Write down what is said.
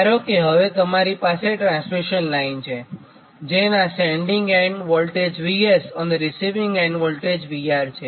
ધારો કે હવે તમારી પાસે ટ્રાન્સમિશન લાઇન છેજેનાં સેન્ડીંગ એન્ડ વોલ્ટેજ VS અને રિસીવીંગ એન્ડ વોલ્ટેજ VR છે